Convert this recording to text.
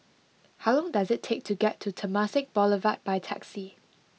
how long does it take to get to Temasek Boulevard by taxi